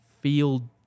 feel